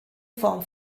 form